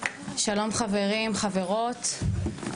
שלום חברים, חברות.